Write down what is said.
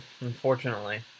unfortunately